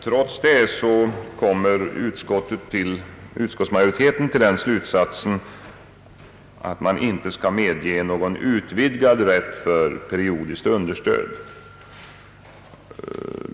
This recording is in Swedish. Trots detta kommer utskottsmajoriteten till den slutsatsen, att man inte bör medge utvidgad rätt för periodiskt understöd.